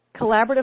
collaborative